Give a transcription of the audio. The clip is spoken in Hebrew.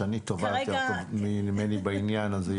שני טובה יותר ממני בעניין הזה,